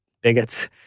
bigots